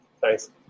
Thanks